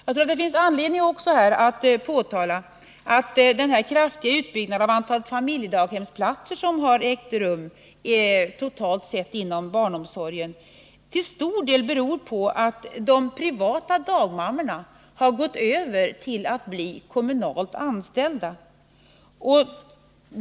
Det finns också anledning att påpeka att den kraftiga utbyggnaden av antalet familjedaghemsplatser som ägt rum totalt sett inom barnomsorgen till stor del beror på att de privata dagmammorna har gått över till att bli kommunalt anställda.